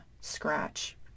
scratch